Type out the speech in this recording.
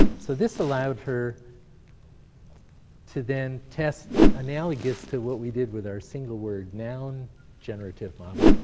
so this allowed her to then test, analogous to what we did with our single word noun generative model,